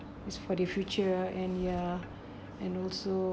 it's for the future and ya and also